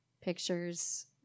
Pictures